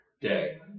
day